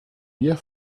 wir